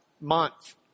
month